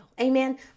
Amen